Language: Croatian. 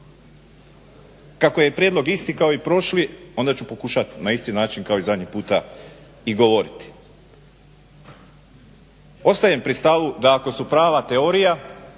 Kako je prijedlog isti kao i prošli onda ću pokušat na isti način kao i zadnji puta i govoriti. Ostajem pri stavu da ako su prava teorija